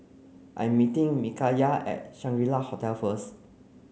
I am meeting Mikala at Shangri La Hotel first